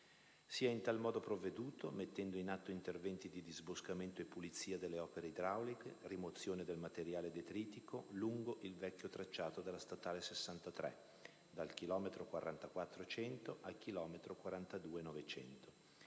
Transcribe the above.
Si è in tal modo provveduto, mettendo in atto interventi di disboscamento e pulizia delle opere idrauliche, rimozione del materiale detritico lungo il vecchio tracciato della statale 63 dal chilometro 44,100 al chilometro 42,900